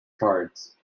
cards